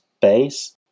base